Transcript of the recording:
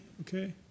Okay